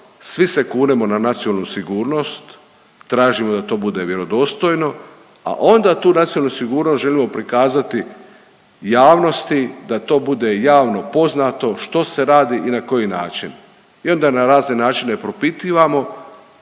Svi se kunemo na nacionalnu sigurnost, tražimo da to bude vjerodostojno, a onda tu nacionalnu sigurnost želimo prikazati javnosti da to bude javno poznato što se radi i na koji način. I onda na razne načine propitivamo,